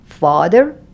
father